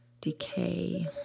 Decay